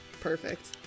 Perfect